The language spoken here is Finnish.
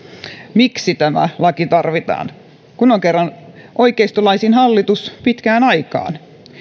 miksi tämä laki tarvitaan kun on kerran oikeistolaisin hallitus pitkään aikaan